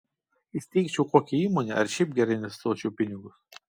įsteigčiau kokią įmonę ar šiaip gerai investuočiau pinigus